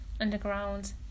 underground